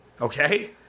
Okay